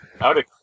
Howdy